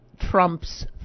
Trump's